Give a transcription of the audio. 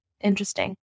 Interesting